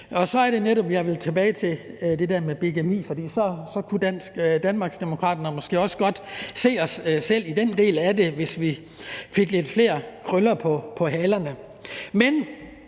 jeg. Så er det netop, at jeg vil tilbage til det med bigami. For vi kunne i Danmarksdemokraterne måske også godt se os selv i den del af det, hvis vi fik lidt flere krøller på halerne. Men